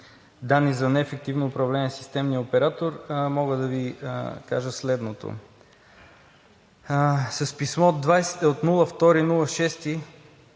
данни за неефективно управление на Системния оператор мога да Ви кажа следното: с писмо от 2